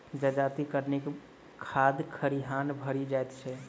जजाति कटनीक बाद खरिहान भरि जाइत छै